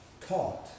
taught